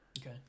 Okay